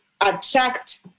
attract